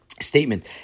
statement